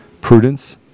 prudence